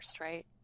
right